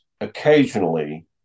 occasionally